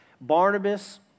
Barnabas